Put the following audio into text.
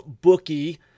bookie